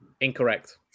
incorrect